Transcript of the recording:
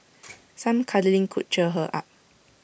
some cuddling could cheer her up